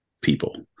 people